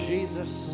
Jesus